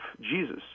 Jesus